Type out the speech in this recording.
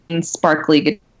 sparkly